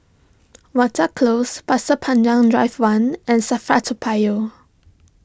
Watten Close Pasir Panjang Drive one and Safra Toa Payoh